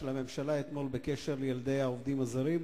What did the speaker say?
של הממשלה מאתמול בקשר לילדי העובדים הזרים.